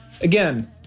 again